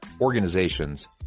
organizations